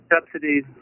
subsidies